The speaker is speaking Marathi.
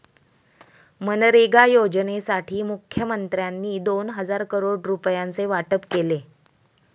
मनरेगा योजनेसाठी मुखमंत्र्यांनी दोन हजार करोड रुपयांचे वाटप केले